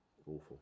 Awful